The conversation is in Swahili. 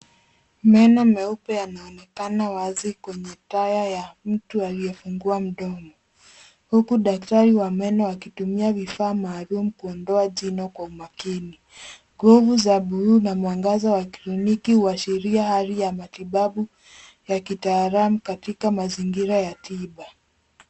Meno meupe yanaonekana wazi kwenye taya ya mtu aliyefungua mdomo, huku daktari wa meno akitumia vifaa maaluma kuondoa jino kwa umakini. Glovu za buluu na mwangaza wa kliniki huashiria hali ya matibabu ya kitaalam katika mazingira ya tiba.